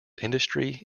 industry